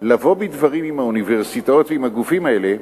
לבוא בדברים עם האוניברסיטאות ועם הגופים האלה,